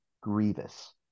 grievous